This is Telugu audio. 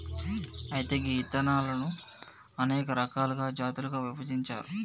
అయితే గీ ఇత్తనాలను అనేక రకాలుగా జాతులుగా విభజించారు